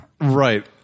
Right